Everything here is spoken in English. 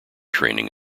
training